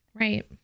Right